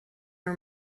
her